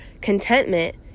contentment